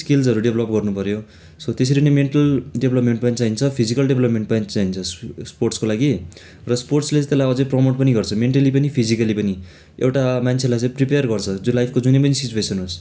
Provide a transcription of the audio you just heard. स्किल्सहरू develop गर्नु पऱ्यो so त्यसरी नै मेन्टल डेभलपमेन्ट पनि चाहिन्छ फिजिकल डेभलपमेन्ट पनि चाहिन्छ इस् स्पोर्ट्सको लागि र स्पोर्ट्सले चाहिँ त्यसलाई अझै प्रमोट पनि गर्छ मेन्टली पनि फिजिकली पनि एउटा मान्छेलाई चाहिँ प्रिपेर गर्छ जो लाइफको जुन पनि सिचुएसन होस्